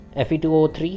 Fe2O3